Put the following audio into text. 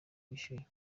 bishyuye